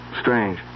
Strange